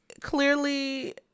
clearly